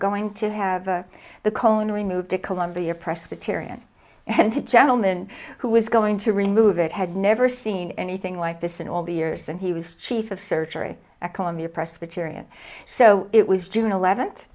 going to have a the colon removed to columbia presbyterian and the gentleman who was going to remove it had never seen anything like this in all the years and he was chief of surgery a columbia presbyterian so it was june eleventh